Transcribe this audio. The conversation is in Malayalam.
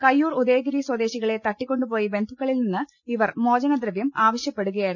കയ്യൂർ ഉദയ ഗിരി സ്വദേശികളെ തട്ടിക്കൊണ്ടുപോയി ബന്ധുക്കളിൽ നിന്ന് ഇവർ മോചന ദ്രവൃം ആവശ്യപ്പെടുകയായിരുന്നു